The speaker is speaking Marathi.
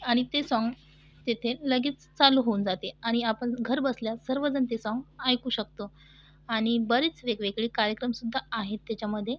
आणि ते सॉंग तेथे लगेच चालू होऊन जाते आणि आपण घरबसल्या सर्वजण ते सॉंग ऐकू शकतो आणि बरीच वेगवेगळे कार्यक्रम सुद्धा आहेत त्याच्यामध्ये